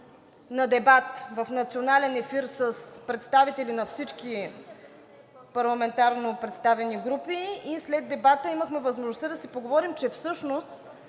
на дебат в национален ефир с представители на всички парламентарно представени групи. След дебата имахме възможността да си поговорим, че всъщност